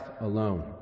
alone